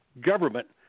Government